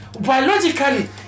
biologically